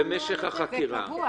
לגבי משך החקירה.